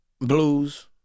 Blues